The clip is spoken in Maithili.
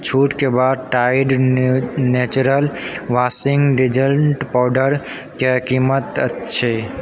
छूटक बाद Tide naturals washing detergent powder के कीमत की अछि